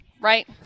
Right